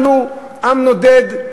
אנחנו עם נודד,